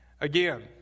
Again